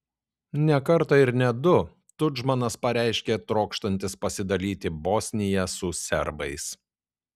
ne kartą ir ne du tudžmanas pareiškė trokštantis pasidalyti bosniją su serbais